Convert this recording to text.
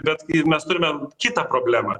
bet mes turime kitą problemą